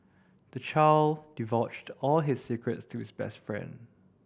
the child divulged all his secrets to his best friend